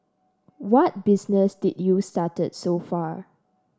what business did you started so far